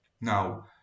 Now